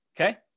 Okay